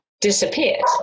disappeared